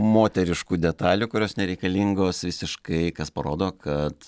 moteriškų detalių kurios nereikalingos visiškai kas parodo kad